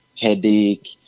headache